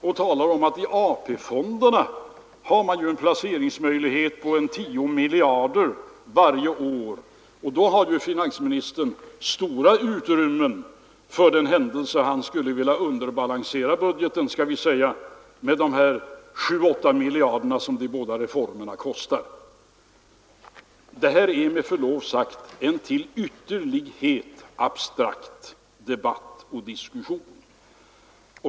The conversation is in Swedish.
Man talar om att i AP-fonderna finns det ju en placeringsmöjlighet på 10 miljarder kronor varje år, och då har finansministern stora utrymmen för den händelse han skulle vilja underbalansera budgeten med t.ex. de 7 å 8 miljarder som de båda reformerna kostar. Det här är med förlov sagt en till ytterlighet abstrakt diskussion.